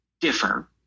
differ